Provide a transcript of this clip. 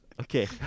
Okay